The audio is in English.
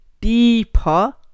deeper